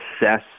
assess